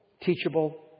teachable